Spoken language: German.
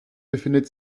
befindet